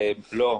לא,